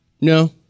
No